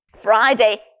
Friday